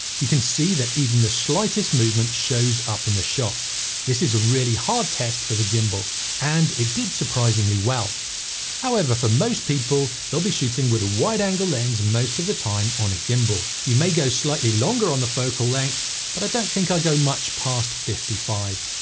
you can see that even the slightest movement shows up in the shot this is a really hard test for the gimbal and it did surprisingly well however for most people they'll be shooting with a wide angle lens most of the time on a gimbal you may go slightly longer on the focal length but i don't think i'll go much past fifty five.